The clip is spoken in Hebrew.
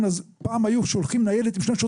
לא, אני מדבר על אלימות.